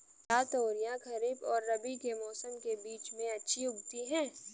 क्या तोरियां खरीफ और रबी के मौसम के बीच में अच्छी उगती हैं?